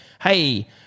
hey